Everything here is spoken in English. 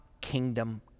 kingdom